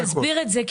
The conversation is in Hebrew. תסביר את זה,